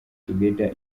together